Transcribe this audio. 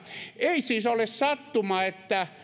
ei siis ole sattuma että